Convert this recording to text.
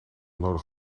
nodig